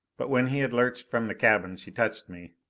but when he had lurched from the cabin, she touched me.